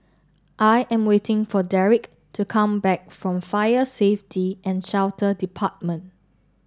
I am waiting for Darrick to come back from Fire Safety and Shelter Department